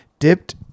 dipped